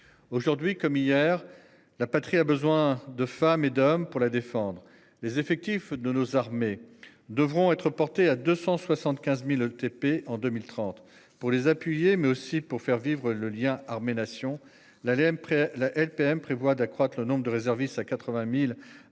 Aujourd'hui comme hier, la patrie a besoin de femmes et d'hommes pour la défendre. Les effectifs de nos armées devront être porté à 275.000 ETP en 2030 pour les appuyer, mais aussi pour faire vivre le lien armée-nation. La laine, la LPM prévoit d'accroître le nombre de réservistes à 80.000 à